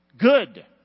good